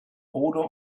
odor